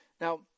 Now